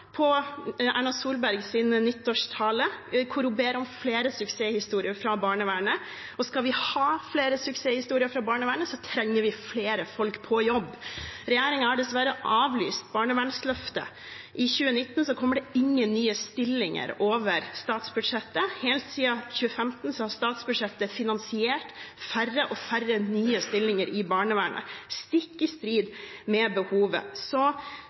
på Erna Solbergs nyttårstale, hvor hun ber om flere suksesshistorier fra barnevernet. Og skal vi ha flere suksesshistorier fra barnevernet, trenger vi flere folk på jobb. Regjeringen har dessverre avlyst barnevernsløftet. I 2019 kommer det ingen nye stillinger over statsbudsjettet. Helt siden 2015 har statsbudsjettet finansiert færre og færre nye stillinger i barnevernet, stikk i strid med behovet. Så